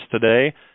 today